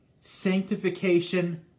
sanctification